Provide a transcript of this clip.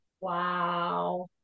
Wow